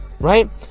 right